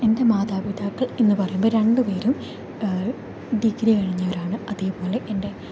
എൻ്റെ മാതാപിതാക്കൾ എന്ന് പറയുമ്പോൾ രണ്ട് പേരും ഡിഗ്രി കഴിഞ്ഞവരാണ് അതേപോലെ എൻ്റെ